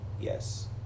Yes